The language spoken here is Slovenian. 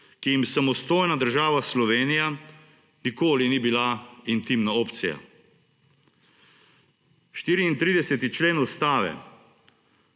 ki jim samostojna država Slovenija nikoli ni bila intimna opcija? 34. člen Ustave,